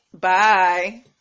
Bye